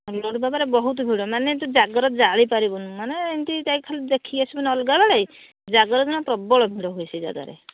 ଲଡ଼ୁବାବାରେ ବହୁତ ଭିଡ଼ ମାନେ ତୁ ଜାଗର ଜାଳି ପାରିବୁନୁ ମାନେ ଏମିତି ଯାଇକି ଦେଖିକି ଆସିବୁ ଅଲଗା ବେଳେ ଜାଗର ଦିନ ପ୍ରବଳ ଭିଡ଼ ହୁଏ ସେ ଯାଗାରେ